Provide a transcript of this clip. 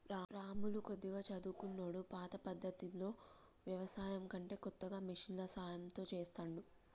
రాములు కొద్దిగా చదువుకున్నోడు పాత పద్దతిలో వ్యవసాయం కంటే కొత్తగా మిషన్ల సాయం తో చెస్తాండు